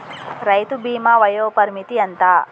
రైతు బీమా వయోపరిమితి ఎంత?